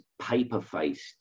paper-faced